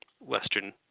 western